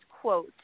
quote